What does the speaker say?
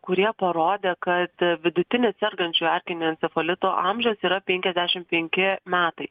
kurie parodė kad vidutinis sergančių erkiniu encefalitu amžius yra penkiasdešimt penki metai